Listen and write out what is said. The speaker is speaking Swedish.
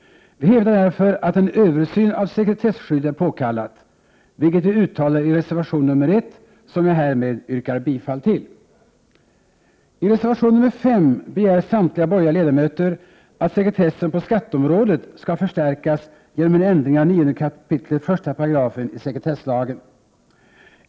Vi hävdar därför att en översyn av sekretesskyddet är påkallad, vilket vi uttalar i reservation nr 1, som jag härmed yrkar bifall till. I reservation nr 5 begär samtliga borgerliga ledamöter att sekretessen på skatteområdet skall förstärkas genom en ändring av 9 kap. 1 § sekretesslagen.